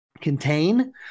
contain